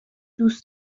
دوست